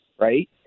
Right